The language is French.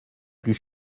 plus